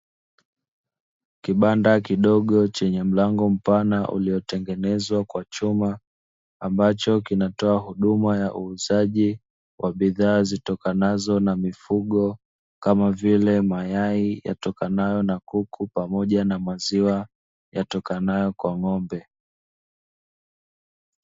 Kibanda kidogo chenye mlango mpana uliotengenezwa kwa chuma ambacho kinatoa huduma ya uuzaji wa bidhaa zitokanazo na mifugo, kama vile mayai yatokanayo na kuku pamoja na maziwa yatokanayo na ng'ombe.